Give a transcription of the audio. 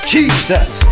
Jesus